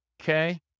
okay